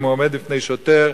אם הוא עומד לפני שוטר,